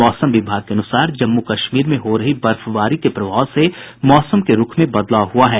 मौसम विभाग के अनुसार जम्मू कश्मीर में हो रही बर्फबारी के प्रभाव से मौसम के रूख में बदलाव हुआ है